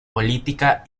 política